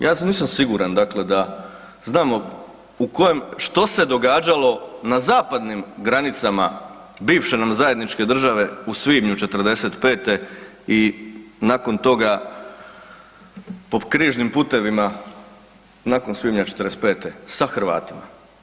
Ja isto nisam siguran dakle da znamo u kojem što se događalo na zapadnim granicama bivše nam zajedničke države u svibnju '45.-te i nakon toga po križnim putevima nakon svibnja '45. sa Hrvatima.